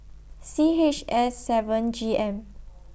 C H S seven G M